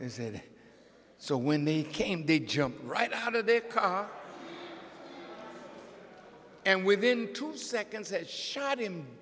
said so when they came they jumped right out of their car and within two seconds that shot him